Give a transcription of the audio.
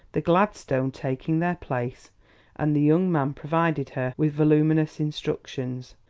the gladstone taking their place and the young man provided her with voluminous instructions,